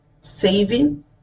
saving